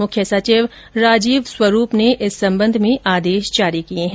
मुख्य सचिव राजीव स्वरूप ने इस संबंध में आदेश जारी किए हैं